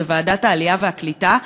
בוועדת העלייה והקליטה,